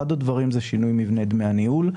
אחד הדברים זה שינוי מבנה דמי הניהול,